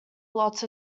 lots